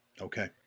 Okay